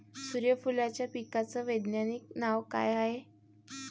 सुर्यफूलाच्या पिकाचं वैज्ञानिक नाव काय हाये?